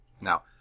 Now